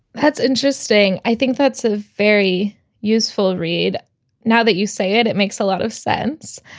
that's interesting. i think that's a very useful read now that you say it. it makes a lot of sense.